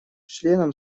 членам